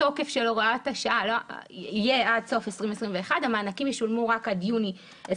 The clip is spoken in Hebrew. הוראת שעה) (מענק חד-פעמי חלף הגדלת קצבאות הנכות לשנת 2020),